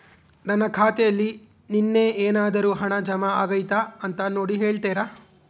ನನ್ನ ಖಾತೆಯಲ್ಲಿ ನಿನ್ನೆ ಏನಾದರೂ ಹಣ ಜಮಾ ಆಗೈತಾ ಅಂತ ನೋಡಿ ಹೇಳ್ತೇರಾ?